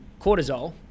cortisol